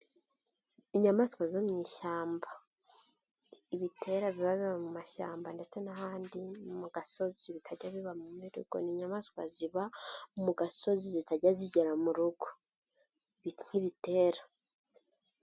Inyamaswa zo mu ishyamba, ibitera biba biba mu mashyamba ndetse n'ahandi mu gasozi bitajya biba mu rugo, ni inyamaswa ziba mu gasozi zitajya zigera mu rugo zitwa ibitera.